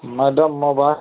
madam मोबा